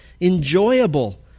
enjoyable